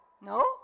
no